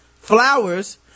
flowers